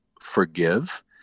forgive